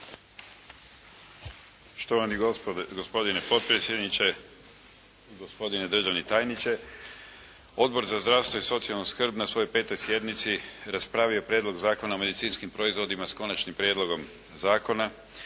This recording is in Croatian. Štovani gospodine potpredsjedniče, gospodine državni tajniče. Odbor za zdravstvo i socijalnu skrb na svojoj sjednici raspravio je Prijedlog zakona o medicinskim proizvodima s Konačnim prijedlogom zakona